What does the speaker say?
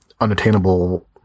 unattainable